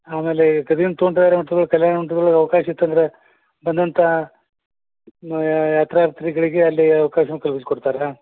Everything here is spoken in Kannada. ಆಮೇಲೆ ಗದಗಿನ ತೋಂಟದಾರ್ಯ ಮಠದ ಕಲ್ಯಾಣ ಮಂಟಪದೊಳಗೆ ಅವಕಾಶ ಇತ್ತು ಅಂದರೆ ಬಂದಂಥ ಯಾತ್ರಾರ್ಥಿಗಳಿಗೆ ಅಲ್ಲಿ ಅವ್ಕಾಶವನ್ನ ಕಲ್ಪಿಸಿಕೊಡ್ತಾರೆ